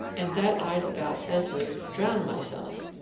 and that i'd about as lief drown myself.